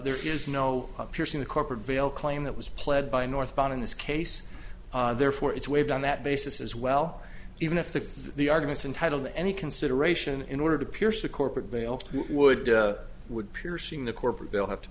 there is no piercing the corporate veil claim that was pled by northbound in this case therefore it's waived on that basis as well even if the the arguments entitle to any consideration in order to pierce the corporate veil would would piercing the corporate veil have to